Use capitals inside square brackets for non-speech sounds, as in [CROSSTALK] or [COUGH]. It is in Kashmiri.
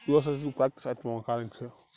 یہِ اوس اَسہِ یہِ [UNINTELLIGIBLE] کٲم کرٕنۍ چھِ